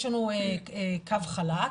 יש לנו קו חלק,